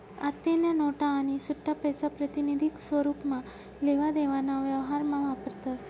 आत्तेन्या नोटा आणि सुट्टापैसा प्रातिनिधिक स्वरुपमा लेवा देवाना व्यवहारमा वापरतस